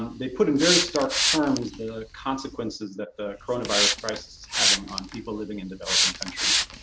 they put in very stark terms, the consequences that the coronavirus crisis is having on people living in developing countries.